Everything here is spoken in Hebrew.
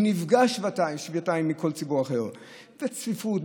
נפגע שבעתיים מכל ציבור אחר בצפיפות,